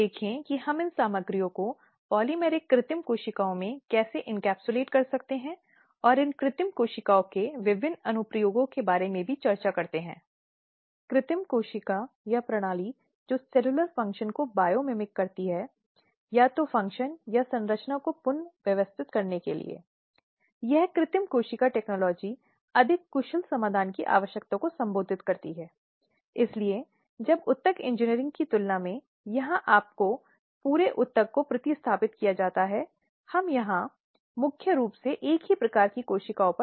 इसलिए इस मॉड्यूल में हम लिंग हिंसा की अवधारणा को लिंग हिंसा के विभिन्न रूपों को देखने की कोशिश करेंगे और उस संदर्भ में महिलाओं के खिलाफ घरेलू हिंसा की समस्या और हिंसा के अन्य गंभीर रूपों जैसे बलात्कार आदि पर जाने के लिए थोड़ा आगे बढ़ेंगे जो परित्यक्त हैं और महिलाओं के कारण की रक्षा के लिए बनाए गए कानूनी डोमेन को समझने की कोशिश करते हैं